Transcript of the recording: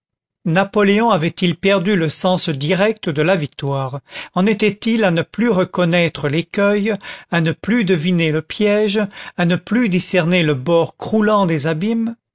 napoléon avait-il perdu le sens direct de la victoire en était-il à ne plus reconnaître l'écueil à ne plus deviner le piège à ne plus discerner le bord croulant des abîmes